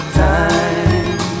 time